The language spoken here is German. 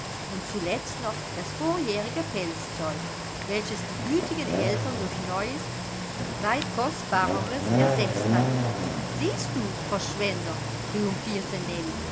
und zuletzt noch das vorjährige pelzzeug welches die gütigen eltern durch neues weit kostbareres ersetzt hatten siehst du verschwender triumphierte